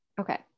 okay